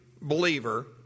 believer